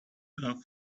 off